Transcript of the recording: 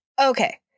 Okay